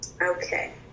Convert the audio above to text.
Okay